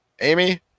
Amy